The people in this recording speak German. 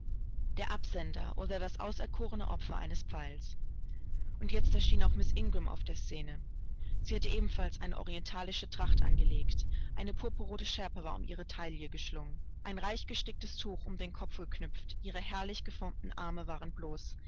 der absender oder das auserkorene opfer eines pfeils und jetzt erschien auch miß ingram auf der scene sie hatte ebenfalls eine orientalische tracht angelegt eine purpurrote schärpe war um die taille geschlungen ein reich gesticktes tuch um den kopf geknüpft ihre herrlich geformten arme waren bloß